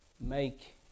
make